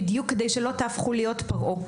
בדיוק כדי שלא תהפכו להיות פרעה.